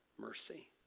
mercy